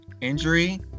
injury